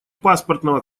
паспортного